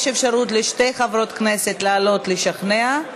יש אפשרות לשתי חברות הכנסת לעלות ולשכנע.